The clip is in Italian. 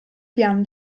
pian